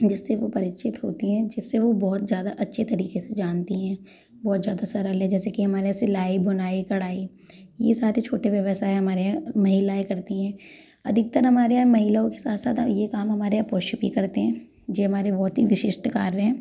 जिससे वो परीचित होती हैं जिसे वो बहुत ज़्यादा अच्छे तरीके से जानती हैं बहुत ज़्यादा सरल है जैसे कि हमारे यहाँ सिलाई बुनाई कढ़ाई ये सारे छोटे व्यवसाय हमारे यह महिलाएँ करती हैं अधिकतर हमारे यहाँ महिलाओं के साथ साथ अब ये काम हमारे यहा पुरुष भी करते हैं जे हमारे बहुत ही विशिष्ट कार्य हैं